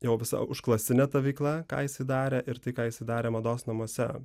jo visa užklasine veikla ką jisai darė ir tai ką jisai darė mados namuose